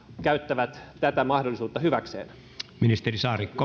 käyttävät tätä mahdollisuutta hyväkseen